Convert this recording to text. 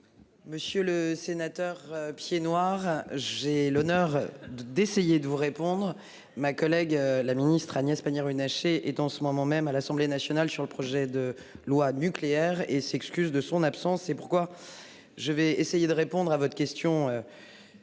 Monsieur le sénateur pieds-noirs, j'ai l'honneur d'essayer de vous répondre. Ma collègue la ministre Agnès Pannier-Runacher est en ce moment même à l'Assemblée nationale sur le projet de loi nucléaire et s'excuse de son absence. C'est pourquoi je vais essayer de répondre à votre question.